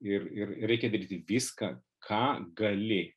ir ir reikia daryti viską ką gali